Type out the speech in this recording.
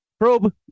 probe